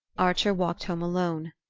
archer walked home alone.